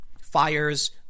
Fires